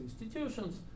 institutions